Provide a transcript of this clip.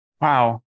Wow